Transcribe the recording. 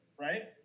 Right